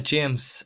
James